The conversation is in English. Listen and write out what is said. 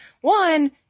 one